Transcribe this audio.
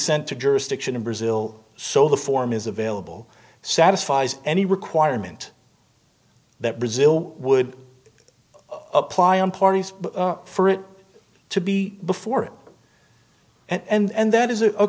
sent to jurisdiction in brazil so the form is available satisfies any requirement that brazil would apply on parties for it to be before it and that is a